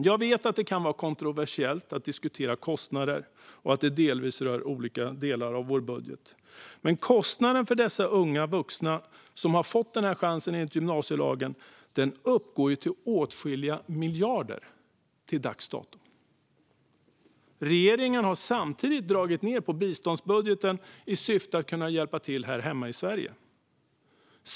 Jag vet att det kan vara kontroversiellt att diskutera kostnader och att det delvis rör olika delar av vår budget, men kostnaden för dessa unga vuxna, som har fått denna chans enligt gymnasielagen, uppgår till dags dato till åtskilliga miljarder. Regeringen har samtidigt dragit ned på biståndsbudgeten i syfte att kunna hjälpa till här hemma i Sverige.